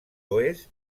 oest